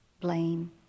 blame